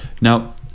Now